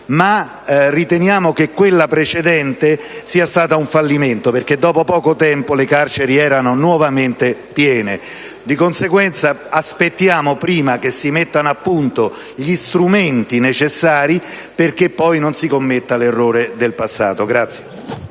Riteniamo, però, che quella precedente sia stata un fallimento perché, dopo poco tempo, le carceri si sono nuovamente riempite. Di conseguenza aspettiamo prima che si mettano a punto gli strumenti necessari perché non si commetta più l'errore del passato.